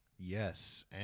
Yes